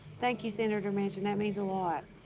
thank you, senator manchin, that means a lot.